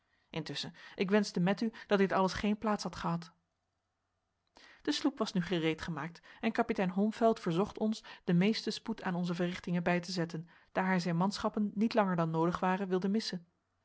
intusschen ik wenschte met u dat dit alles geen plaats had gehad de sloep was nu gereedgemaakt en kapitein holmfeld verzocht ons den meesten spoed aan onze verrichtingen bij te zetten daar hij zijn manschappen niet langer dan noodig ware wilde missen